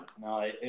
no